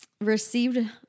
received